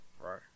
Right